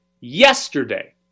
yesterday